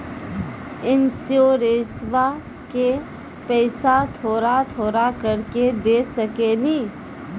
इंश्योरेंसबा के पैसा थोड़ा थोड़ा करके दे सकेनी?